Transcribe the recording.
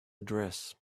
address